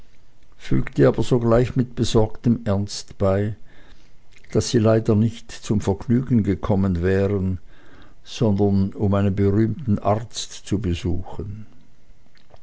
fügte aber sogleich mit besorgtem ernst bei daß leider dieselben nicht zum vergnügen gekommen wären sondern um einen berühmten arzt zu besuchen